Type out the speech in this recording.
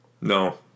No